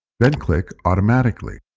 then click automatically.